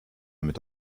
mit